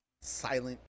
silent